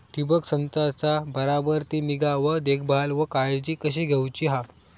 ठिबक संचाचा बराबर ती निगा व देखभाल व काळजी कशी घेऊची हा?